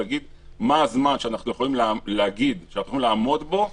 כדי להגיד מה הזמן שאנחנו יכולים להגיד שאנחנו יכולים לעמוד בו.